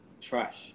Trash